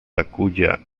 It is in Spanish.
takuya